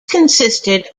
consisted